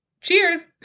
cheers